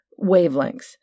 wavelengths